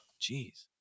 Jeez